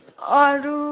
अरू